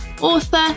author